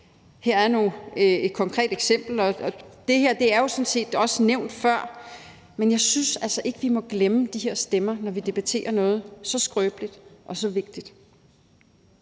Her er et konkret eksempel, og det her er sådan set også nævnt før, men jeg synes altså ikke, vi må glemme de her stemmer, når vi debatterer noget så skrøbeligt og så vigtigt.